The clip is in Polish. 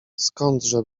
skądże